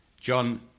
John